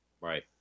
right